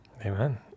Amen